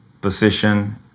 position